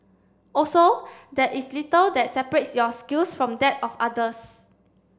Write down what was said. also there is little that separates your skills from that of others